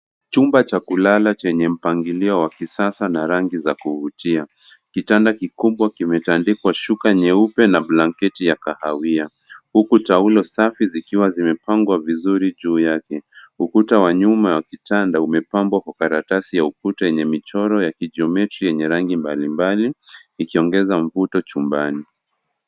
Chumba cha kulala chenye mpangilio wa kisasa na rangi za kuvutia, kitanda kikubwa kimetandikwa shuka nyeupe na blanketi ya kahawia huku taulo safi zikiwa zimepangwa vizuri juu yake. Ukuta wa nyuma wa kitanda umeambwa kwa karatasi ya ukuta wenye michoro ya kijiometri yenye rangi mbali mbali ikiongeza mvuto chumbani.